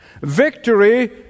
Victory